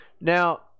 Now